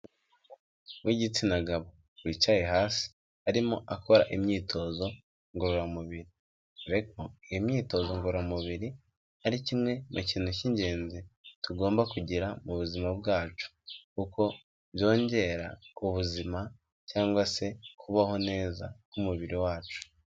W'igitsina gabo wicaye hasi arimo akora imyitozo ngororamubiriko. Iyo imyitozo ngororamubiri ari kimwe mu kintu cy'ingenzi tugomba kugira mu buzima bwacu kuko byongera ubuzima cyangwa se kubaho neza k'umubiri wacu.